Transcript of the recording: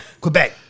Quebec